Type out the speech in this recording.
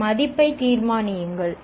இதன் மதிப்பை தீர்மானியுங்கள்